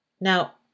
Now